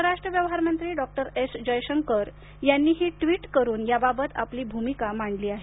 परराष्ट्र व्यवहार मंत्री डॉ स्रि जयशंकर यांनीही ट्वीत करून याबाबत आपली भूमिका मांडली आहे